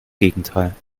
gegenteil